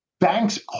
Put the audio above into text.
banks